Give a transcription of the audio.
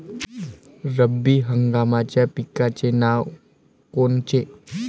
रब्बी हंगामाच्या पिकाचे नावं कोनचे?